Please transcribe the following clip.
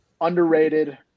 underrated